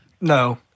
No